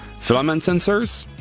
filament sensors,